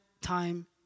time